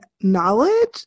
knowledge